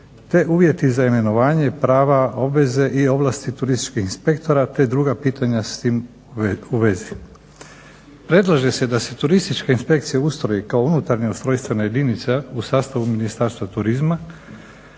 te uvjeti za imenovanje i prava, obveze i ovlasti turističkih inspektora te druga pitanja s tim u vezi. Predlaže se da se Turistička inspekcija ustroji kao unutarnja ustrojstvena jedinica u sastavu Ministarstva turizma